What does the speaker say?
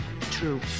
True